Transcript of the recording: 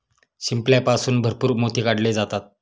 शिंपल्यापासून भरपूर मोती काढले जातात